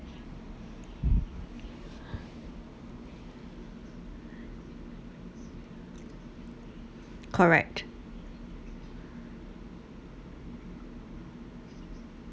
correct